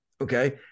Okay